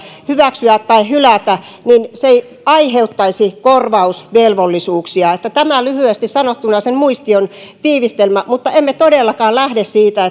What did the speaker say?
hyväksyä tai hylätä niin se ei aiheuttaisi korvausvelvollisuuksia tämä on lyhyesti sanottuna sen muistion tiivistelmä mutta emme todellakaan lähde siitä